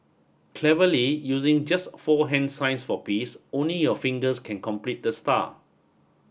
cleverly using just four hand signs for peace only your fingers can complete the star